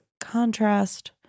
contrast